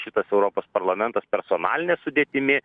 šitas europos parlamentas personaline sudėtimi